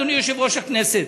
אדוני יושב-ראש הכנסת,